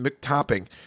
topping